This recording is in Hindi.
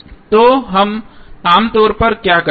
तो हम आम तौर पर क्या करते हैं